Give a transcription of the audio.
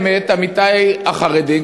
עמיתי החרדים,